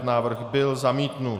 Návrh byl zamítnut.